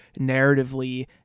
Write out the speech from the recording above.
narratively